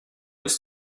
was